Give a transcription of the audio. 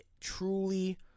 truly